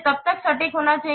तब यह सटीक होना चाहिए